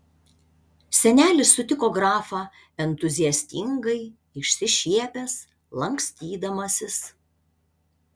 senelis sutiko grafą entuziastingai išsišiepęs lankstydamasis